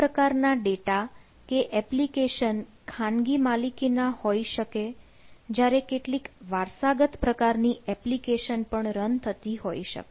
આ પ્રકારના ડેટા કે એપ્લિકેશન ખાનગી માલિકીના હોઈ શકે જ્યારે કેટલીક વારસાગત પ્રકારની એપ્લિકેશન પણ રન થતી હોઈ શકે